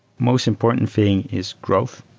most important thing is growth.